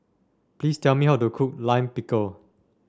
please tell me how to cook Lime Pickle